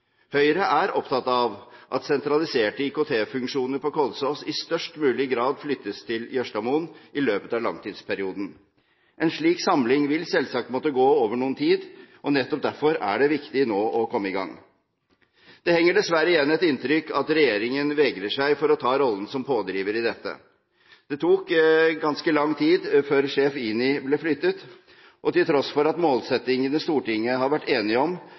i størst mulig grad flyttes til Jørstadmoen i løpet av langtidsperioden. En slik samling vil selvsagt måtte gå over noe tid, og nettopp derfor er det nå viktig å komme i gang. Det henger dessverre igjen et inntrykk av at regjeringen vegrer seg for å ta rollen som pådriver i dette. Det tok ganske lang tid før sjef INI ble flyttet, og til tross for at målsettingene Stortinget har vært enig om,